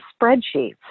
spreadsheets